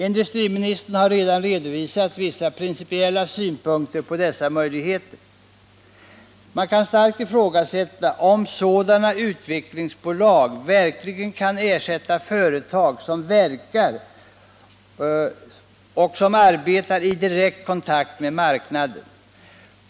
Industriministern har redan redovisat vissa principiella synpunkter på dessa möjligheter. Man kan starkt ifrågasätta om sådana utvecklingsbolag verkligen kan ersätta företag och verk som arbetar i direkt kontakt med marknaden.